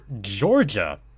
Georgia